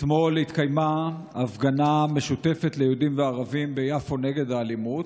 אתמול התקיימה הפגנה משותפת ליהודים וערבים ביפו נגד האלימות,